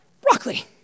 Broccoli